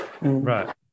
right